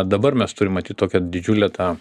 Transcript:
dabar mes turim matyt tokią didžiulę tą